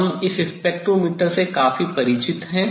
हम इस स्पेक्ट्रोमीटर से काफी परिचित हैं